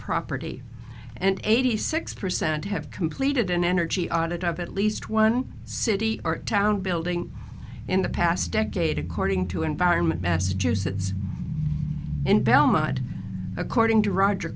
property and eighty six percent have completed an energy audit of at least one city or town building in the past decade according to environment massachusetts and bella according to roger